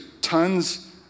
tons